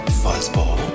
fuzzball